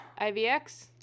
IVX